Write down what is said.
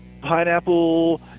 Pineapple